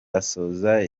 asoza